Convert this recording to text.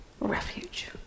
refuge